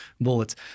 bullets